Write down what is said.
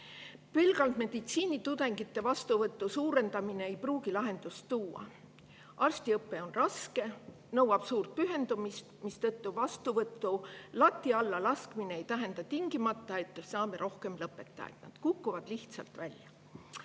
Pelgalt meditsiinitudengite vastuvõtu suurendamine ei pruugi lahendust tuua. Arstiõpe on raske, see nõuab suurt pühendumist, mistõttu vastuvõtulati allalaskmine ei tähenda tingimata, et saame rohkem lõpetajaid – kukutakse lihtsalt välja.